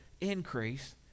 increase